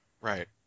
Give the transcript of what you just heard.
Right